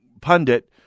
pundit